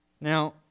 Now